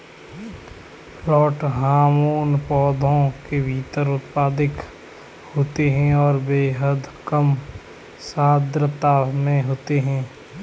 plant hormone पौधों के भीतर उत्पादित होते हैंऔर बेहद कम सांद्रता में होते हैं